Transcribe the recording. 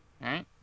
right